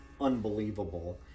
unbelievable